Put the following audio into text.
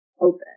open